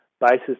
basis